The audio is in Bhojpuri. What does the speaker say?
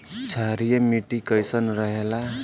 क्षारीय मिट्टी कईसन रहेला?